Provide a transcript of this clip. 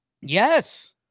yes